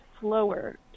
slower